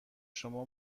شما